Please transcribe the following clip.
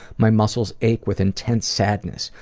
my muscles ache with intense sadness.